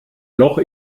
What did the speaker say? loch